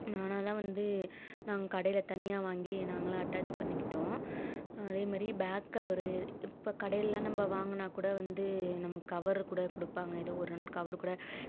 நானாக தான் வந்து நாங்கள் கடையில் தனியாக வாங்கி நாங்களாக அட்டாச் பண்ணிக்கிட்டோம் அதேமாதிரி பேக் கவரு இப்போ கடையில் நம்ம வாங்கினா கூட வந்து நமக்கு கவரு கூட கொடுப்பாங்க ஏதோ ஒரு ரெண்டு கவரு கூட